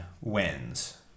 wins